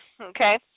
okay